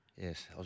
Yes